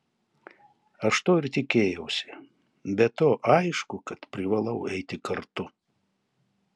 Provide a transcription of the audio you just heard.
aš to ir tikėjausi be to aišku kad privalau eiti kartu